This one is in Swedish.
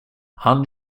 han